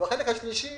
החלק השלישי